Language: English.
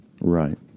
right